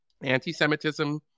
Anti-Semitism